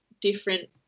different